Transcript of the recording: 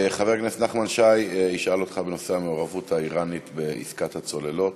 חבר הכנסת נחמן שי ישאל אותך בנושא: המעורבות האיראנית בעסקת הצוללות.